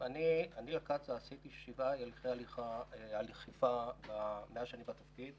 אני על קצא"א עשיתי שבעה הליכי אכיפה מאז שאני בתפקיד,